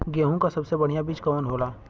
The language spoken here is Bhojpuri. गेहूँक सबसे बढ़िया बिज कवन होला?